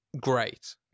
great